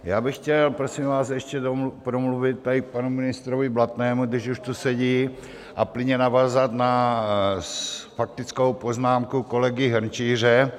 Já bych chtěl, prosím vás, ještě promluvit tady k panu ministrovi Blatnému, když už tu sedí, a plynně navázat na faktickou poznámku kolegy Hrnčíře.